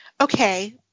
Okay